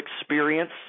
experience